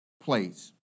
place